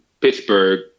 Pittsburgh